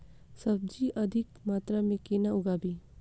सब्जी अधिक मात्रा मे केना उगाबी?